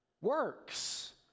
works